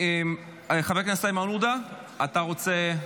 חבר הכנסת איימן עודה, אתה רוצה?